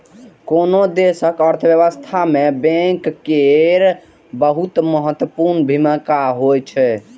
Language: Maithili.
कोनो देशक अर्थव्यवस्था मे बैंक केर बहुत महत्वपूर्ण भूमिका होइ छै